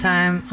Time